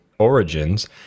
origins